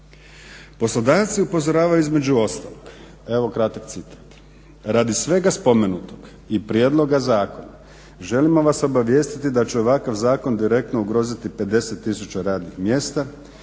Poslodavci upozoravaju između ostalog, evo kratak citat: Radi svega spomenutog i prijedloga zakona želimo vas obavijestiti da će ovakav zakon direktno ugroziti 50 tisuća radnih mjesta,